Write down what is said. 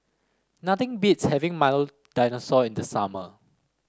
nothing beats having Milo Dinosaur in the summer